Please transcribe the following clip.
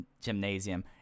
Gymnasium